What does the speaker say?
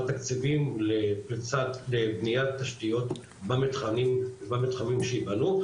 תקציבים לפריצת בניית תשתיות במתחמים שייבנו,